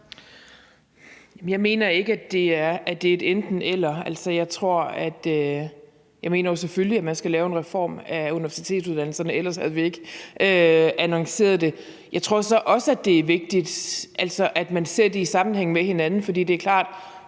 jeg mener ikke, at det er et enten-eller. Jeg mener jo selvfølgelig, at man skal lave en reform af universitetsuddannelserne – ellers havde vi ikke annonceret det. Jeg tror så også, at det er vigtigt, at man ser det i sammenhæng med hinanden, for det er klart,